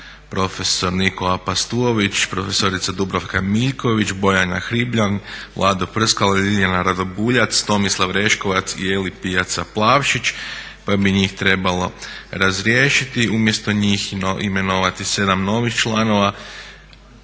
profesor Niko Apastuović, profesorica Dubravka Miljković, Bojana Hribljan, Vlado Prskalo, Ljiljana Radobuljac, Tomislav Reškovac i Eli Pijaca-Plavšić pa bi njih trebalo razriješiti. Umjesto njih imenovati 7 novih članova